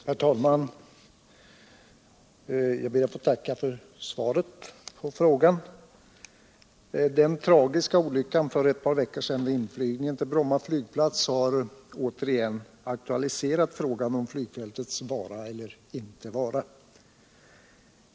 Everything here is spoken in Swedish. Herr talman! Jag ber att få tacka kommunikationsministern för svaret på min fråga. Den tragiska flygolyckan för ett par veckor sedan vid inflygning till Bromma flygplats har återigen aktualiserat frågan om flygfältets vara eller inte vara.